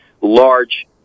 large